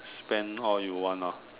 spend all you want lah